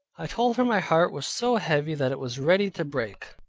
i told her my heart was so heavy that it was ready to break.